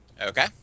Okay